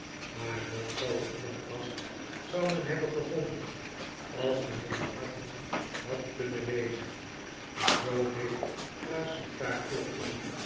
maar nog grooter contrast zou men hebben gevonden als men in de harten had kunnen lezen die zoo dicht naast elkaar klopten